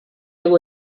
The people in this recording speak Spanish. hago